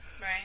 Right